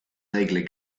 règles